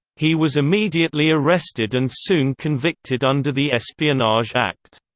he was immediately arrested and soon convicted under the espionage act.